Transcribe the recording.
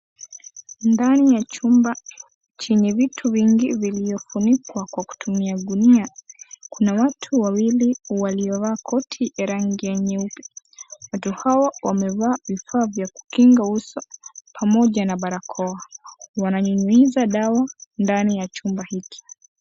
Ndani ya chumba chenye vitu vingi vilivyofunikwa kwa kutumia gunia. Kuna watu wawili waliovaa koti ya rangi nyeupe. Watu hawa wamevaa vifaa vya kukinga uso pamoja na barakoa. Wananyunyiza dawa ndani ya chumba hiki.